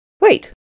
Wait